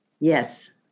Yes